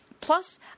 Plus